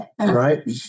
right